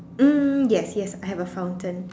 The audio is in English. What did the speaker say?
mm yes yes I have a fountain